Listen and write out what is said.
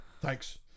thanks